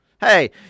Hey